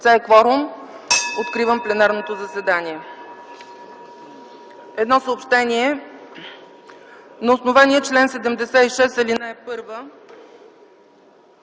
е кворум, откривам пленарното заседание. Едно съобщение: На основание чл. 76, ал. 1